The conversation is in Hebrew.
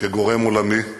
כגורם עולמי,